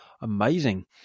amazing